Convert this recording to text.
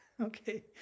Okay